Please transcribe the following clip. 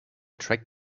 track